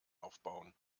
aufbauen